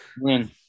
Win